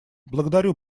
благодарю